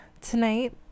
tonight